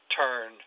turn